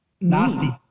nasty